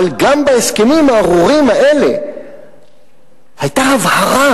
אבל גם בהסכמים הארורים האלה היתה הבהרה